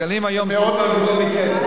תקנים היום זה יותר גרוע מכסף.